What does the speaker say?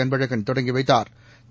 அன்பழகன் தொடங்கி வைத்தாா்